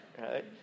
right